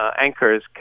anchors